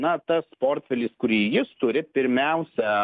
na tas portfelis kurį jis turi pirmiausia